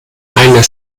einer